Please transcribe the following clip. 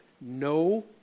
no